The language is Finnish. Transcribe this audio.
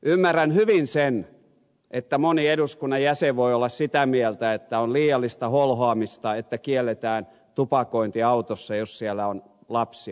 ymmärrän hyvin sen että moni eduskunnan jäsen voi olla sitä mieltä että on liiallista holhoa mista että kielletään tupakointi autossa jos siellä on lapsia